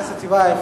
חבר הכנסת טיבייב,